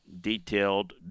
detailed